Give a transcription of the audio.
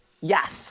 yes